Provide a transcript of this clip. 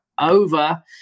over